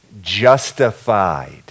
justified